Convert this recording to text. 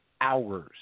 hours